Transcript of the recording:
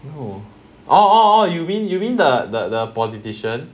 no oh oh oh you mean you mean the the the politician